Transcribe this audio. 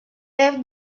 left